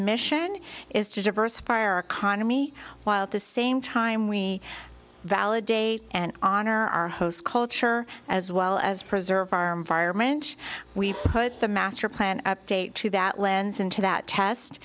mission is to diversify our economy while at the same time we validate and honor our host culture as well as preserve arm vironment we put the master plan update to that lens into that test